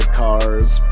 car's